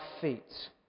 feet